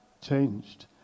changed